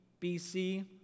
BC